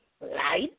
light